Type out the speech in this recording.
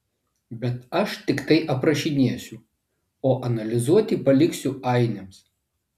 bet aš tiktai aprašinėsiu o analizuoti paliksiu ainiams